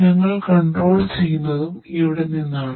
ഞങ്ങൾ കൺട്രോൾ ചെയ്യുന്നതും ഇവിടെ നിന്നാണ്